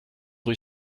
rue